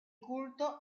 culto